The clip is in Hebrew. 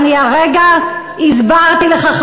אני הרגע הסברתי לך,